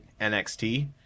NXT